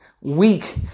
weak